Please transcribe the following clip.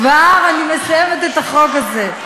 כבר אני מסיימת את החוק הזה.